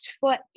foot